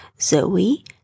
Zoe